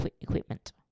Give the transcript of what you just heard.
equipment